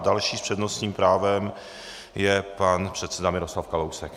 Další s přednostním právem je pan předseda Miroslav Kalousek.